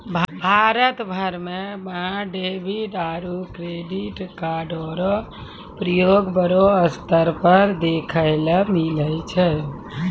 भारत भर म डेबिट आरू क्रेडिट कार्डो र प्रयोग बड़ो स्तर पर देखय ल मिलै छै